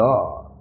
God